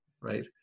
right